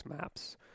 Maps